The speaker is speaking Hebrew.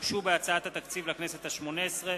שהוגשו בהצעת התקציב לכנסת השמונה-עשרה